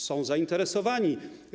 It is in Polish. Są zainteresowani.